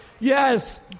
Yes